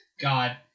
God